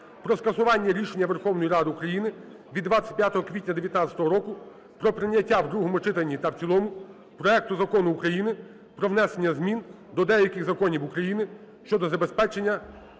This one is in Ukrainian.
про скасування рішення Верховної Ради України від 25 квітня 2019 року про прийняття в другому читанні та в цілому проекту Закону України "Про внесення змін до деяких законів України щодо забезпечення